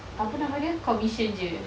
apa nama dia commission jer